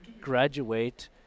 graduate